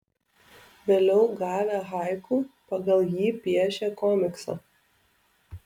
vėliau gavę haiku pagal jį piešė komiksą